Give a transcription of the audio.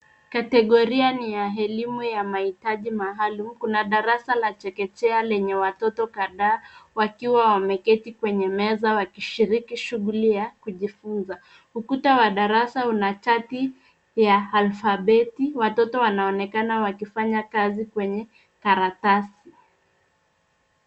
Kategoria ni ya elimu ya mahitaji maalum, kuna darasa la chekechea lenye watoto kadhaa, wakiwa wameketi kwenye meza wakishiriki shughuli ya kujifunza. Ukuta wa darasa una chati ya alfabeti. Watoto wanaonekana wakifanya kazi kwenye karatasi.